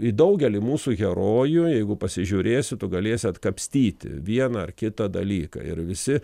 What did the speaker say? į daugelį mūsų herojų jeigu pasižiūrėsi tu galėsi atkapstyti vieną ar kitą dalyką ir visi